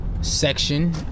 section